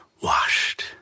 washed